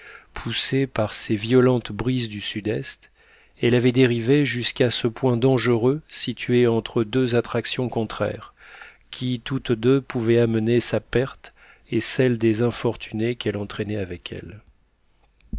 poussée par ces violentes brises du sud-est elle avait dérivé jusqu'à ce point dangereux situé entre deux attractions contraires qui toutes deux pouvaient amener sa perte et celle des infortunés qu'elle entraînait avec elle